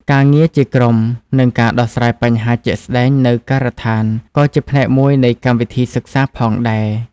ការងារជាក្រុមនិងការដោះស្រាយបញ្ហាជាក់ស្តែងនៅការដ្ឋានក៏ជាផ្នែកមួយនៃកម្មវិធីសិក្សាផងដែរ។